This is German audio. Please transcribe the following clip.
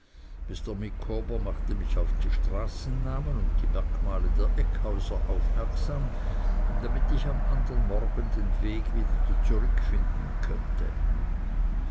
mr micawber machte mich auf die straßennamen und die merkmale der eckhäuser aufmerksam damit ich am andern morgen den weg wieder zurückfinden könnte